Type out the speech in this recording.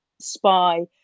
spy